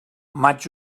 maig